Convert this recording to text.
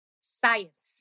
science